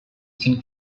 can